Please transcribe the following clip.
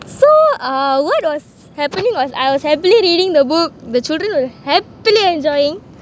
so uh what was happening was I was happily reading the book the children were happily enjoying